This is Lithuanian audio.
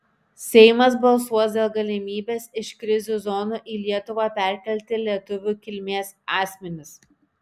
seimas balsuos dėl galimybės iš krizių zonų į lietuvą perkelti lietuvių kilmės asmenis